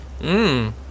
Mmm